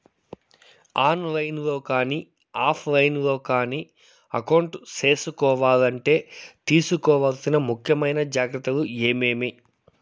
On line లో కానీ offline లో కానీ అకౌంట్ సేసుకోవాలంటే తీసుకోవాల్సిన ముఖ్యమైన జాగ్రత్తలు ఏమేమి?